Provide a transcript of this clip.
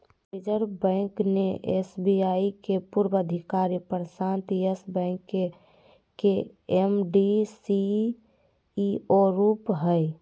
reserve Bank ने SBI के पूर्व अधिकारी प्रशांत यस बैंक के एम.डी, सी.ई.ओ रूप हइ